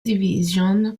division